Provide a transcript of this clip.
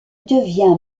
devient